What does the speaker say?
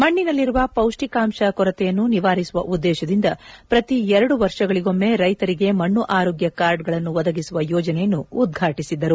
ಮಣ್ಣಿನಲ್ಲಿರುವ ಪೌಷ್ಣಿಕಾಂಶ ಕೊರತೆಯನ್ನು ನಿವಾರಿಸುವ ಉದ್ದೇಶದಿಂದ ಪ್ರತಿ ಎರಡು ವರ್ಷಗಳಿಗೊಮ್ಮೆ ರೈತರಿಗೆ ಮಣ್ಣು ಆರೋಗ್ಯ ಕಾರ್ಡ್ಗಳನ್ನು ಒದಗಿಸುವ ಯೋಜನೆಯನ್ನು ಉದ್ಘಾಟಿಸಿದ್ದರು